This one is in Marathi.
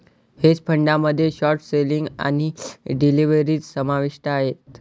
हेज फंडामध्ये शॉर्ट सेलिंग आणि डेरिव्हेटिव्ह्ज समाविष्ट आहेत